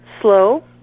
slow